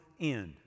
end